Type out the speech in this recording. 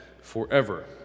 forever